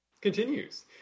continues